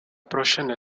prochaine